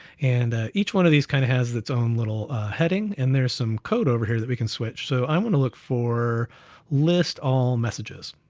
and ah each one of these kind of has its own little heading, and there's some code over here that we can switch. so i want to look for list all messages.